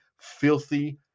filthy